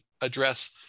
address